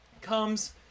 comes